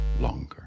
longer